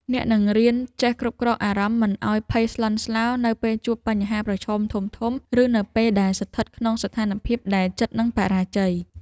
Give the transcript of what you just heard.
អ្នកនឹងរៀនចេះគ្រប់គ្រងអារម្មណ៍មិនឱ្យភ័យស្លន់ស្លោនៅពេលជួបបញ្ហាប្រឈមធំៗឬនៅពេលដែលស្ថិតក្នុងស្ថានភាពដែលជិតនឹងបរាជ័យ។